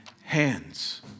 hands